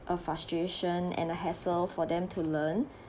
a frustration and a hassle for them to learn